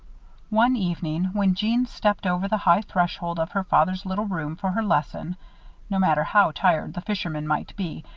one evening, when jeanne stepped over the high threshold of her father's little room for her lesson no matter how tired the fisherman might be,